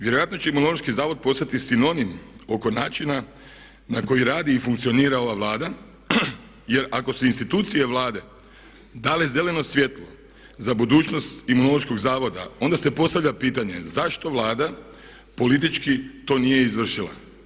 Vjerojatno će Imunološki zavod postati sinonim oko načina na koji radi i funkcionira ova Vlada jer ako su institucije Vlade dale zeleno svijetlo za budućnost Imunološkog zavoda onda se postavlja pitanje zašto Vlada politički to nije izvršila.